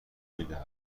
میدهد